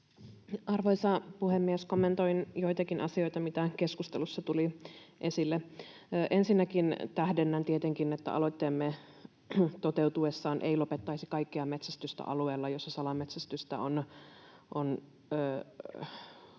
Arvoisa puhemies! Kommentoin joitakin asioita, mitä keskustelussa tuli esille. Ensinnäkin tähdennän tietenkin, että aloitteemme toteutuessaan ei lopettaisi kaikkea metsästystä alueella, jossa salametsästystä on